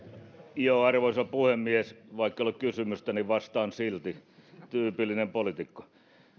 lintilä arvoisa puhemies vaikka ei ole kysymystä niin vastaan silti tyypillinen poliitikko